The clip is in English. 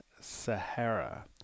Sahara